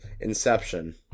Inception